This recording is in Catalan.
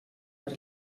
per